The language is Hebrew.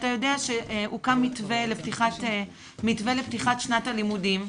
אתה יודע שהוקם מתווה לפתיחת שנת הלימודים,